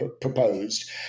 proposed